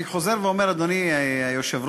אני חוזר ואומר, אדוני היושב-ראש,